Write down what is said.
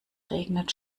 regnet